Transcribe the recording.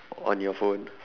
on your phone